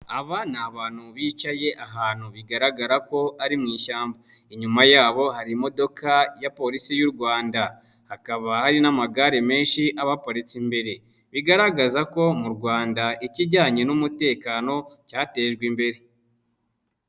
Aba ni abantu bicaye ahantu bigaragara ko ari mu ishyamba. Inyuma yabo hari imodoka ya polisi y'u Rwanda hakaba hari n'amagare menshi abaparitse imbere bigaragaza ko mu Rwanda ikijyanye n'umutekano cyatejwe imbere.